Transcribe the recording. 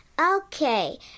Okay